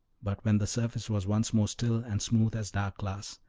but when the surface was once more still and smooth as dark glass,